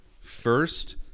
First